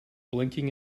blinking